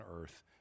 earth